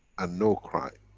and no crime.